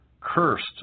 Cursed